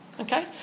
okay